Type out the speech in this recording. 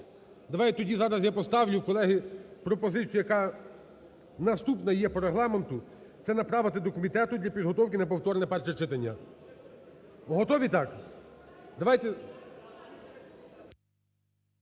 Давайте тоді зараз я поставлю, колеги, пропозицію, яка наступна є по Регламенту, це направити до комітету для підготовки на повторне перше читання. Готові так?